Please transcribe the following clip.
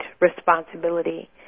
responsibility